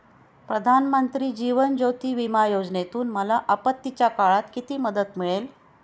प्रधानमंत्री जीवन ज्योती विमा योजनेतून मला आपत्तीच्या काळात किती मदत मिळेल?